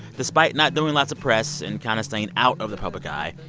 despite not doing lots of press and kind of staying out of the public eye,